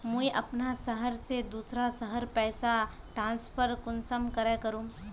मुई अपना शहर से दूसरा शहर पैसा ट्रांसफर कुंसम करे करूम?